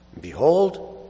Behold